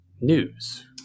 news